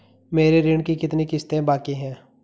मेरे ऋण की कितनी किश्तें बाकी हैं?